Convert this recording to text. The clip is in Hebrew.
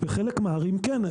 בחלק מהערים כן.